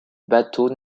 bateau